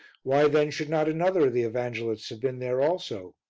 why then should not another of the evangelists have been there also?